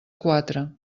quatre